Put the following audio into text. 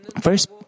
first